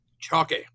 Chalky